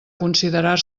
considerar